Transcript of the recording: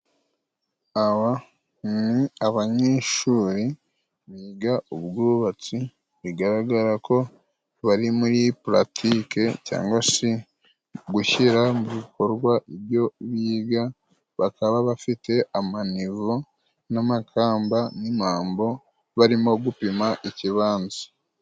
Aba ni abanyeshuri biga ubwubatsi bigaragara ko bari muri Pulatike cyangwa se gushyira mu bikorwa ibyo biga, bakaba bafite a amanivo n'amakamba n'impambo barimo gupima ikibanza.